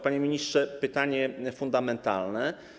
Panie ministrze, pytanie fundamentalne.